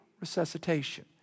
resuscitation